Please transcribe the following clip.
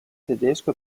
tedesco